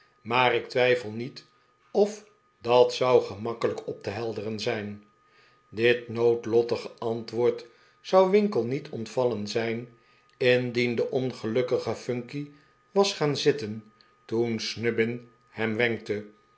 maar ik twijfel niet of dat zou gemakkelijk op te helderen zijn dit noodlottige antwoord zou winkle niet ontvallen zijn indien de ongelukkige phunky was gaan zitten toen snubbin hem wenkte